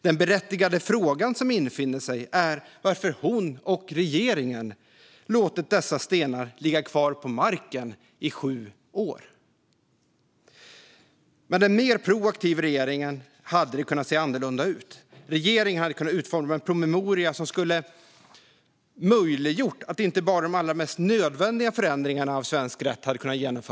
Den berättigade fråga som infinner sig är varför hon och regeringen har låtit dessa stenar ligga kvar på marken i sju år. Med en mer proaktiv regering hade det kunnat se annorlunda ut. Regeringen hade kunnat utforma en promemoria som skulle möjliggjort att inte bara genomföra de allra mest nödvändiga förändringarna av svensk rätt.